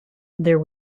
there